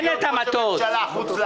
מטוס.